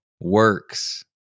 works